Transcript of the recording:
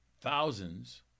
thousands